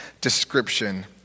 description